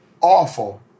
awful